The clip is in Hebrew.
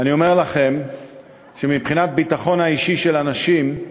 אני אומר לכם שמבחינת הביטחון האישי של אנשים,